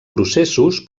processos